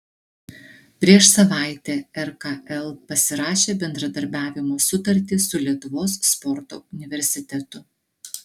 prieš savaitę rkl pasirašė bendradarbiavimo sutartį su lietuvos sporto universitetu